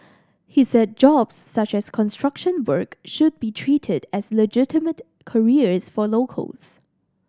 he said jobs such as construction work should be treated as legitimate careers for locals